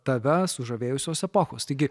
tave sužavėjusios epochos taigi